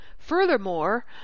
Furthermore